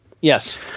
Yes